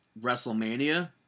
WrestleMania